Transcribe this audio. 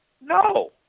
No